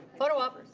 photo opt.